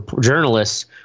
journalists